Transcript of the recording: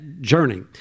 journey